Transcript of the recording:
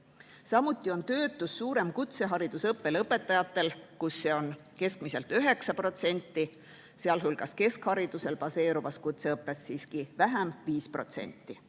Samuti on töötus suurem kutseharidusõppe lõpetajate seas, kus see on keskmiselt 9%, sealhulgas keskharidusel baseeruvas kutseõppes siiski vähem, 5%,